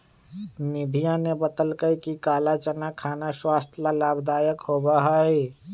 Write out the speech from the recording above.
निधिया ने बतल कई कि काला चना खाना स्वास्थ्य ला लाभदायक होबा हई